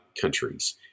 countries